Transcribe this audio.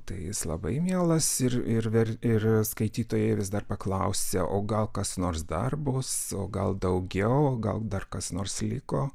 tai jis labai mielas ir ir ir skaitytojai vis dar paklausia o gal kas nors dar bus o gal daugiau o gal dar kas nors liko